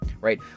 Right